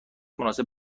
مناسب